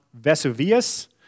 Vesuvius